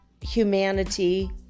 humanity